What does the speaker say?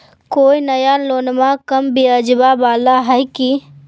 कोइ नया लोनमा कम ब्याजवा वाला हय की?